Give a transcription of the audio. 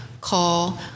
call